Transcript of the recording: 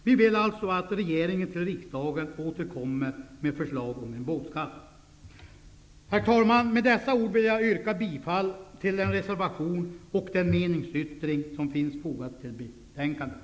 Vi vill alltså att regeringen återkommer till riksdagen med förslag om en båtskatt. Herr talman! Med dessa ord yrkar jag bifall till den reservation och den meningsyttring som är fogade till betänkandet.